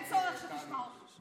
אין צורך שתשמע אותי.